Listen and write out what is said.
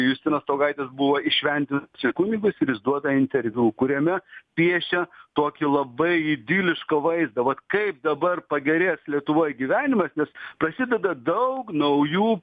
justinas staugaitis buvo įšventintas į kunigus ir jis duoda interviu kuriame piešia tokį labai idilišką vaizdą vat kaip dabar pagerės lietuvoj gyvenimas nes prasideda daug naujų